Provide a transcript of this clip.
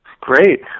Great